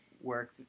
work